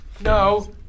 No